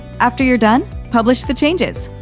after you're done, publish the changes.